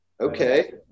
Okay